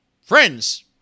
Friends